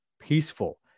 peaceful